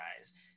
guys